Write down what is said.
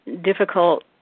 difficult